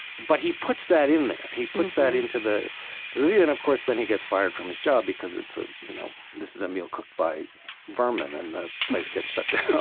but he puts that in there. he puts that into the the review, and of course, then, he gets fired from his job, because it's ah you know this is a meal cooked by vermin, and the place gets shut down